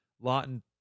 Lawton